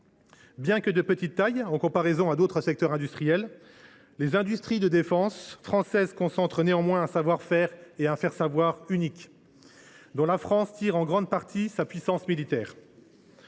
Bien que de petite taille en comparaison d’autres secteurs industriels, les industries de défense françaises concentrent néanmoins un savoir faire et un faire savoir uniques, dont notre pays tire une grande partie de sa puissance militaire.